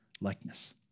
likeness